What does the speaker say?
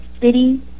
city